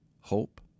hope